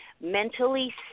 mentally